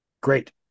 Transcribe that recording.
Great